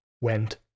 went